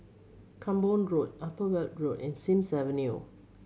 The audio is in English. Camborne Road Upper Weld Road and Sims Avenue